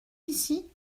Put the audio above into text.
ici